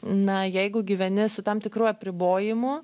na jeigu gyveni su tam tikru apribojimu